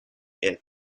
earth